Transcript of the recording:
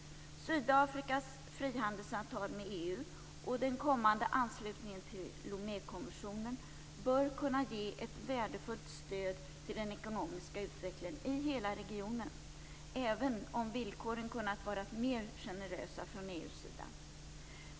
Sydafrikas frihandelsavtal med EU och den kommande anslutningen till Lomékonventionen bör kunna ge ett värdefullt stöd till den ekonomiska utvecklingen i hela regionen, även om villkoren kunnat vara mer generösa från EU:s sida.